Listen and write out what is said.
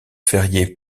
férié